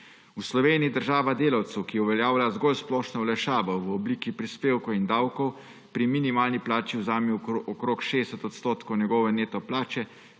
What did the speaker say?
V Sloveniji država delavcu, ki uveljavlja zgolj splošno olajšavo v obliki prispevkov in davkov pri minimalni plači vzame okoli 60 odstotkov njegove neto plače,